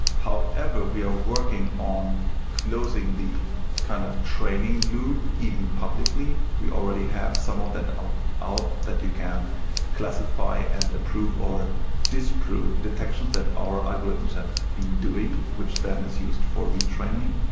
however, we are working on closing the kind of training loop even publicly. we already have some of that out out that you can classify and approve or disprove detections that our algorithms had been doing, which then is used for retraining.